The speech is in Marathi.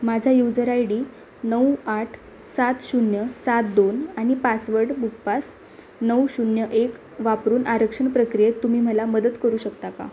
माझा यूजर आय डी नऊ आठ सात शून्य सात दोन आणि पासवर्ड बुकपास नऊ शून्य एक वापरून आरक्षण प्रक्रियेत तुम्ही मला मदत करू शकता का